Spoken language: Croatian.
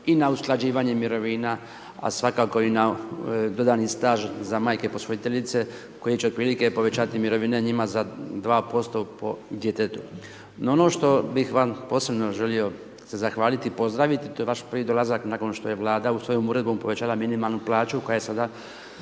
i na usklađivanje mirovina, a svakako i na dodatni staž za majke posvoljiteljice koji će otprilike povećati mirovine njima za 2% po djetetu. No ono što bih vam posebno želio se zahvaliti, pozdraviti to je vaš prvi dolazak nakon što je Vlada svojom uredbom povećala minimalnu plaću koja sada